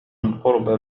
قرب